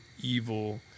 evil